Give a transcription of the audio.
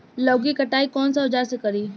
लौकी के कटाई कौन सा औजार से करी?